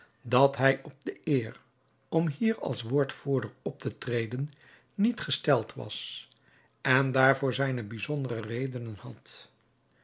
dat hij op de eer om hier als woordvoerder op te treden niet gesteld was en daarvoor zijne bijzondere redenen had